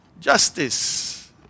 justice